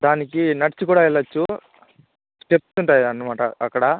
దానికి నడిచి కూడా వెళ్ళొచ్చు స్టెప్స్ ఉంటాయనమాట అక్కడ